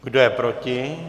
Kdo je proti?